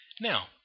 Now